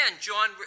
John